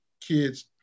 kids